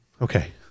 Okay